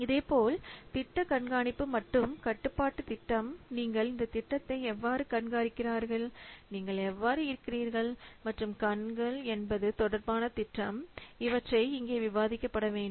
இதேபோல் திட்ட கண்காணிப்பு மற்றும் கட்டுப்பாட்டு திட்டம் நீங்கள் இந்த திட்டத்தை எவ்வாறு கண்காணிக்கிறார்கள் நீங்கள் எவ்வாறு இருக்கிறீர்கள் மற்றும் கண்கள் என்பது தொடர்பான திட்டம் இவற்றை இங்கே விவாதிக்கப்பட வேண்டும்